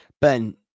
Ben